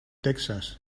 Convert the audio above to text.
texas